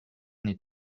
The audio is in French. n’est